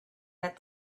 that